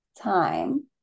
time